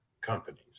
companies